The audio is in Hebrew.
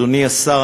אדוני השר,